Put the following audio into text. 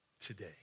today